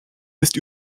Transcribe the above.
ist